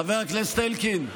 חבר הכנסת אלקין,